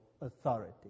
authority